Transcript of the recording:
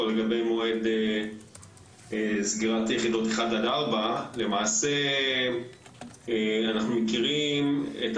לגבי מועד סגירת יחידות 1-4. למעשה אנחנו מכירים את